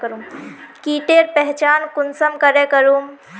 कीटेर पहचान कुंसम करे करूम?